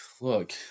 look